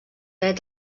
dret